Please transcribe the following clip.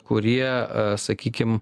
kurie sakykim